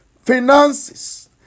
finances